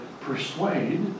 persuade